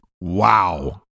Wow